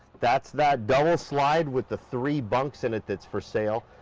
that's that double slide with the three bunks in it, that's for sale.